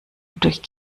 durch